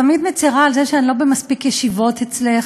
תמיד מצרה על זה שאני לא נוכחת במספר מספיק של ישיבות אצלך,